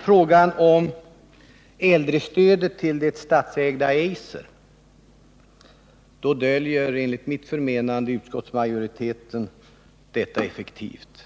frågan om äldrestödet till det statsägda Eiser döljer enligt mitt förmenande utskottsmajoriteten den effektivt.